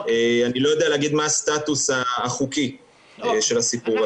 אני לא יודע להגיד מה הסטטוס החוקי של הסיפור הזה.